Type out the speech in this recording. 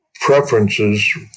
preferences